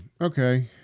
Okay